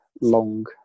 long